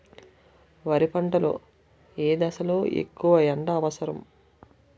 వరి పంట లో ఏ దశ లొ ఎక్కువ ఎండా అవసరం?